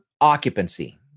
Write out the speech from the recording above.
occupancy